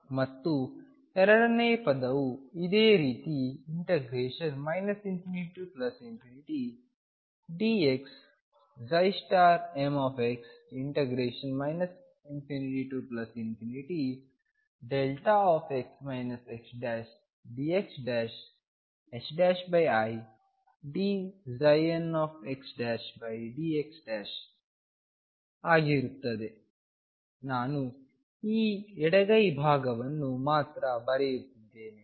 ಮತ್ತು ಎರಡನೆಯ ಪದವು ಇದೇ ರೀತಿ ∞dxmx ∞x xdxidnxdx ಆಗಿರುತ್ತದೆ ನಾನು ಈ ಎಡಗೈ ಭಾಗವನ್ನು ಮಾತ್ರ ಬರೆಯುತ್ತಿದ್ದೇನೆ